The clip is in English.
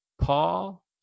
Paul